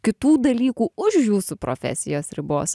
kitų dalykų už jūsų profesijos ribos